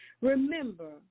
Remember